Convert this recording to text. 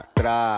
tra